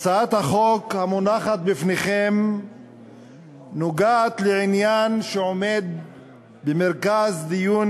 הצעת החוק המונחת בפניכם נוגעת בעניין שעומד במרכז דיון